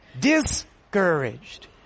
discouraged